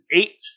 eight